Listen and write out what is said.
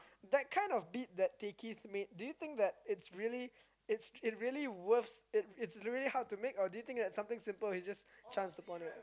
that kind of beat that tickets made do you think that its really its really hard to make or do you think it's something simple he's just chanced on it